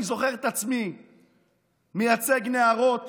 אני זוכר את עצמי מייצג נערות